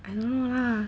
I don't know lah